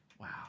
Wow